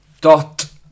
dot